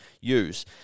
use